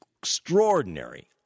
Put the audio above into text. extraordinary